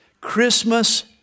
Christmas